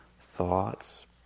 thoughts